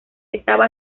estaba